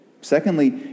Secondly